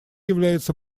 является